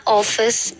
office